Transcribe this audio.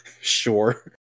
sure